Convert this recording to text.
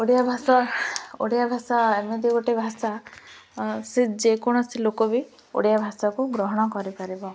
ଓଡ଼ିଆ ଭାଷା ଓଡ଼ିଆ ଭାଷା ଏମିତି ଗୋଟେ ଭାଷା ସେ ଯେକୌଣସି ଲୋକ ବି ଓଡ଼ିଆ ଭାଷାକୁ ଗ୍ରହଣ କରିପାରିବ